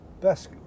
best